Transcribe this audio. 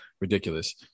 ridiculous